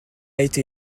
été